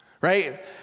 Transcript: right